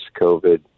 COVID